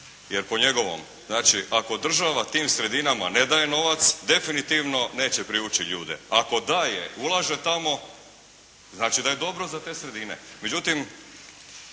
Jer po njegovom, znači ako država tim sredinama ne daje novac, definitivno neće privući ljudi, ako daje, ulaže tamo, znači da je dobro za te sredine.